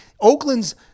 Oakland's